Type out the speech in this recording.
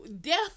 Death